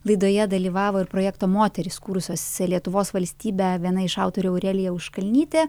laidoje dalyvavo ir projekto moterys kūrusios lietuvos valstybę viena iš autorių aurelija auškalnytė